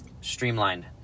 streamlined